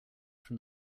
from